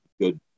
good